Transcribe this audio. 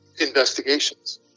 investigations